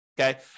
okay